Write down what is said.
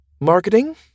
marketing